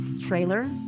Trailer